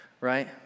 right